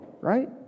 right